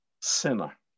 sinner